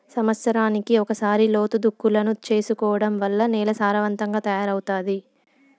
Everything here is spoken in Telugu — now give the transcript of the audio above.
సమత్సరానికి ఒకసారి లోతు దుక్కులను చేసుకోవడం వల్ల నేల సారవంతంగా తయారవుతాది